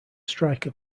striker